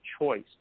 choice